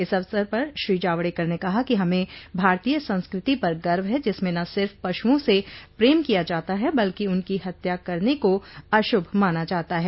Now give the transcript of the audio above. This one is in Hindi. इस अवसर पर श्री जावडकर ने कहा कि हमें भारतीय संस्कृति पर गर्व है जिसमें न सिर्फ पशुओं से प्रेम किया जाता है बल्कि उनकी हत्या करने को अश्रभ माना जाता है